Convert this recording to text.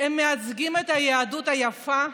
הם מייצגים את היהדות היפה,